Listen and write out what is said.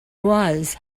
was